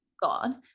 God